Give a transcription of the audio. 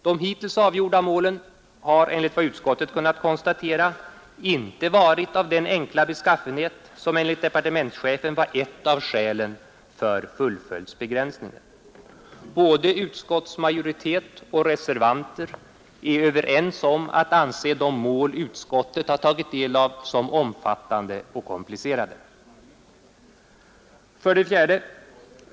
De hittills avgjorda målen har enligt vad utskottet kunnat konstatera inte varit av den enkla beskaffenhet som enligt departementschefen var ett av skälen för fullföljdsbegränsningen. Både utskottsmajoritet och reservanter är överens om att anse de mål utskottet har tagit del av som omfattande och komplicerade. 4.